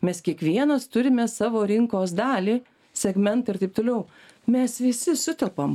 mes kiekvienas turime savo rinkos dalį segmentą ir taip toliau mes visi sutelpam